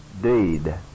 deed